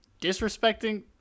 disrespecting